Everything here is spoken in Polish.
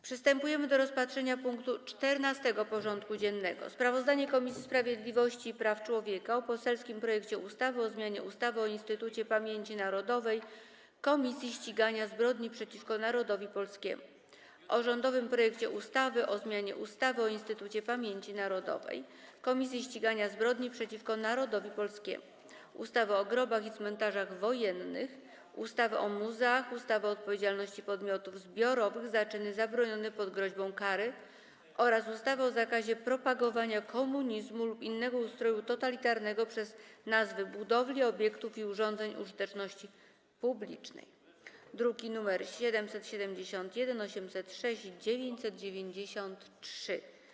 Przystępujemy do rozpatrzenia punktu 14. porządku dziennego: Sprawozdanie Komisji Sprawiedliwości i Praw Człowieka o: - poselskim projekcie ustawy o zmianie ustawy o Instytucie Pamięci Narodowej - Komisji Ścigania Zbrodni przeciwko Narodowi Polskiemu, - rządowym projekcie ustawy o zmianie ustawy o Instytucie Pamięci Narodowej - Komisji Ścigania Zbrodni przeciwko Narodowi Polskiemu, ustawy o grobach i cmentarzach wojennych, ustawy o muzeach, ustawy o odpowiedzialności podmiotów zbiorowych za czyny zabronione pod groźbą kary oraz ustawy o zakazie propagowania komunizmu lub innego ustroju totalitarnego przez nazwy budowli, obiektów i urządzeń użyteczności publicznej (druki nr 771, 806 i 993)